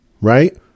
right